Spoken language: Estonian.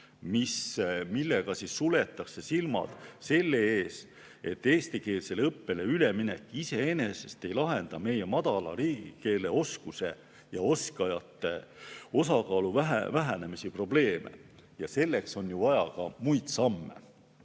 millega suletakse silmad selle ees, et eestikeelsele õppele üleminek iseenesest ei lahenda meil riigikeeleoskuse ja ‑oskajate osakaalu vähenemise probleeme. Selleks on vaja ka muid samme.